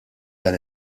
dan